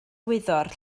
wyddor